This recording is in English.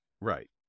Right